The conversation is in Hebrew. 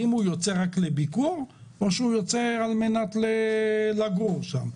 האם הוא יוצא רק לביקור או שהוא יוצא על מנת לגור שם?